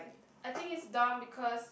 I think is dumb because